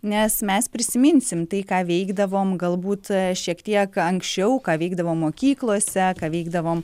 nes mes prisiminsim tai ką veikdavom galbūt šiek tiek anksčiau ką veikdavom mokyklose ką veikdavom